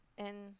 and